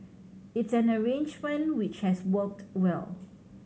it's an arrangement which has worked well